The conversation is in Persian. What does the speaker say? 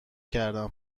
کردم